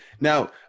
Now